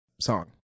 song